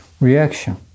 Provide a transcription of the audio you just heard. reaction